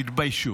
תתביישו.